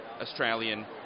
Australian